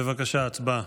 בבקשה, הצבעה.